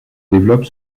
développe